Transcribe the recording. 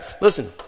Listen